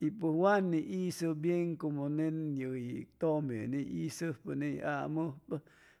y pʉj wa ni isʉ bien como nen yec tʉme ni isʉjpa ney amʉjpa